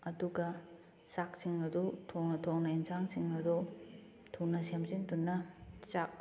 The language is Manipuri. ꯑꯗꯨꯒ ꯆꯥꯛꯁꯤꯡ ꯑꯗꯨ ꯊꯣꯡꯅ ꯊꯣꯡꯅ ꯏꯟꯁꯥꯡꯁꯤꯡ ꯑꯗꯨ ꯊꯅ ꯁꯦꯝꯖꯤꯟꯗꯨꯅ ꯆꯥꯛ